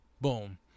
Boom